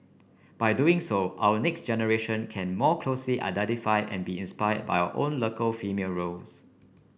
by doing so our next generation can more closely identify and be inspired by our own local female roles